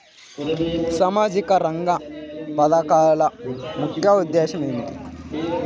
సామాజిక రంగ పథకాల ముఖ్య ఉద్దేశం ఏమిటీ?